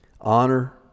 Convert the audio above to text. Honor